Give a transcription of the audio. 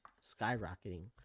skyrocketing